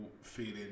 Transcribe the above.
feeling